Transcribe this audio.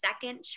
second